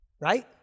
right